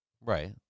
Right